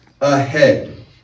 Ahead